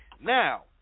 Now